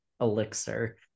elixir